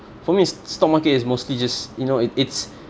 from me is stock market is mostly just you know it it's